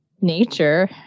nature